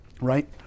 Right